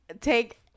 take